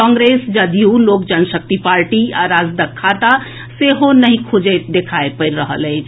कांग्रेस जदयू लोक जनशक्ति पार्टी आ राजदक खाता सेहो नहि खुजैत देखाए पड़ि रहल अछि